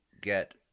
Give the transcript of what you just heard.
get